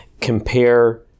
compare